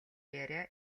яриа